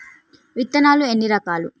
విత్తనాలు ఎన్ని రకాలు?